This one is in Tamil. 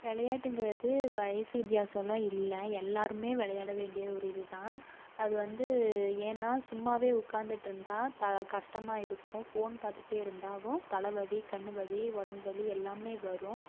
விளையாட்டுங்கிறது வயது வித்தியாசலாம் இல்லை எல்லோருமே விளையாட வேண்டிய ஒரு இது தான் அது வந்து ஏன்னா சும்மாவே உட்காந்துட்டு இருந்தால் கஷ்டமாக இருக்கும் ஃபோன் பார்த்துட்டே இருந்தாலும் தலை வலி கண் வலி உடம்பு வலி எல்லாம் வரும்